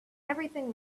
everything